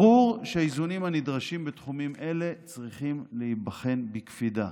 ברור שהאיזונים הנדרשים בתחומים אלה צריכים להיבחן בקפידה.